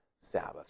Sabbath